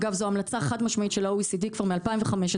זו המלצה חד משמעית של ה-OECD כבר מ-2015.